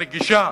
נגישה,